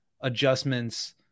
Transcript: adjustments